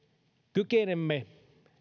kykenemme